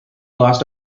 lost